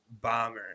bomber